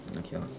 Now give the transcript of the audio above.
okay lor